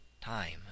Time